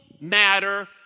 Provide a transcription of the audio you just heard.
matter